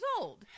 old